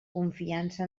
confiança